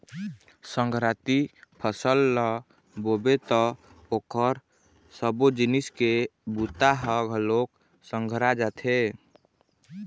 संघराती फसल ल बोबे त ओखर सबो जिनिस के बूता ह घलोक संघरा जाथे